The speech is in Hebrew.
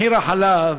מחיר החלב